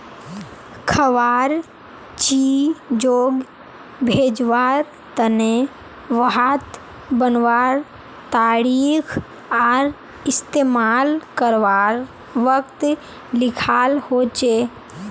खवार चीजोग भेज्वार तने वहात बनवार तारीख आर इस्तेमाल कारवार वक़्त लिखाल होचे